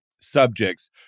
subjects